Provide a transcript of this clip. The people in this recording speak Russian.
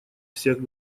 всех